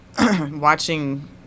watching